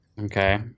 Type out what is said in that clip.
Okay